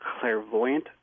clairvoyant